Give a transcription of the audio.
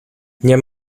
nie